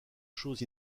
choses